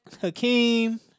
Hakeem-